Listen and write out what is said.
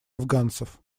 афганцев